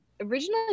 originally